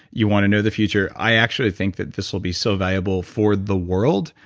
you wanna know the future. i actually think that this will be so valuable for the world,